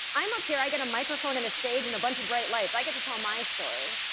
i'm up here, i get a microphone and a stage and a bunch of bright lights, i get to tell my story,